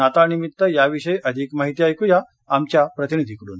नाताळनिमित्त याविषयी अधिक माहिती ऐक्या आमच्या प्रतिनिधीकडून